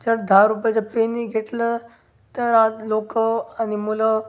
जर दहा रुपयाचं पेनही घेतलं तर आज लोक आणि मुलं